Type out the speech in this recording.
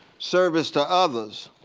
service to others,